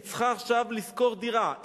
היא צריכה עכשיו לשכור דירה.